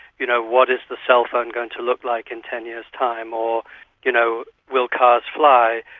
you know, what is the cell phone going to look like in ten years time, or you know will cars fly,